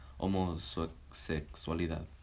homosexualidad